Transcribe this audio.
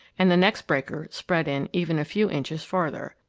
and the next breaker spread in even a few inches further.